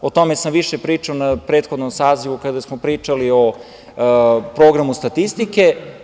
O tome sam više pričao na prethodnom sazivu kada smo pričali o programu statistike.